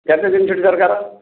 କେତେଦିନ ଛୁଟି ଦରକାର